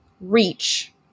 reach